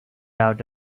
out